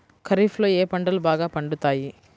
ఖరీఫ్లో ఏ పంటలు బాగా పండుతాయి?